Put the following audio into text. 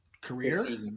career